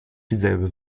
dieselbe